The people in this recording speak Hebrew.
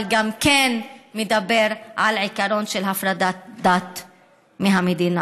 אבל גם מדבר על עיקרון של הפרדת דת מהמדינה.